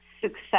success